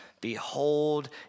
Behold